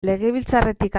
legebiltzarretik